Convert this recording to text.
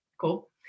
Cool